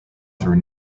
through